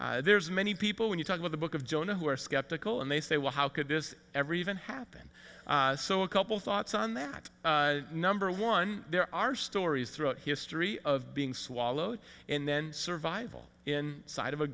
mission there's many people when you talk about the book of jonah who are skeptical and they say well how could this everything happen so a couple thoughts on that number one there are stories throughout history of being swallowed and then survival in sight of a